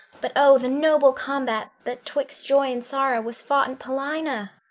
but, o, the noble combat that twixt joy and sorrow was fought in paulina!